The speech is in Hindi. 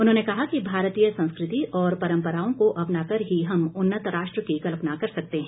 उन्होंने कहा कि भारतीय संस्कृति और परंपराओं को अपनाकर ही हम उन्नत राष्ट्र की कल्पना कर सकते हैं